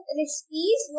recipes